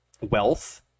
wealth